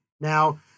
now